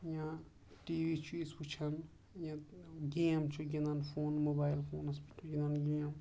یا TV چھِ أسۍ وٕچھان یا گیم چھِ گِنٛدان فون موبایِل فونَس پٮ۪ٹھ گِنٛدان گیم